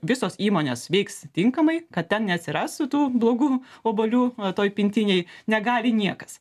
visos įmonės veiks tinkamai kad ten neatsiras tų blogų obuolių toj pintinėj negali niekas